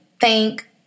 thank